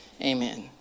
Amen